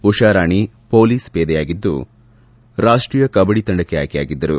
Usha Rani police ಪೇದೆಯಾಗಿದ್ದು ರಾಷ್ಷೀಯ ಕಬ್ಲಡಿ ತಂಡಕ್ಕೆ ಆಯ್ಕೆಯಾಗಿದ್ದರು